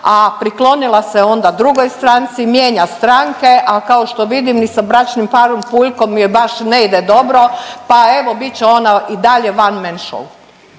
a priklonila se onda drugoj stranci, mijenja stranke, a kao što vidim ni sa bračnim parom Puljkom joj baš ne ide dobro pa evo bit će ona i dalje one man show.